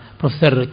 professor